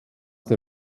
der